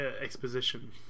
exposition